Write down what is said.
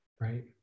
Right